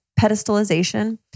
pedestalization